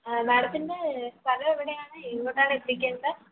മേടത്തിൻ്റെ സ്ഥലം എവിടെയാണ് എങ്ങോട്ടാണ് എത്തിക്കേണ്ടത്